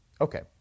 Okay